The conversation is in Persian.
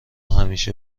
همیشه